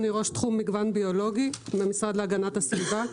אני ראש תחום מגוון ביולוגי מהמשרד להגנת הסביבה.